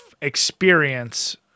experience